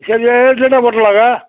சரி ஏர்டெல்லே போட்டுரலாங்க